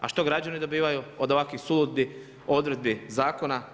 A što građani dobivaju od ovakvih suludih odredbi zakona?